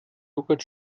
jogurt